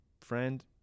friend